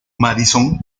madison